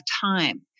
time